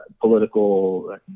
political